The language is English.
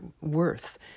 worth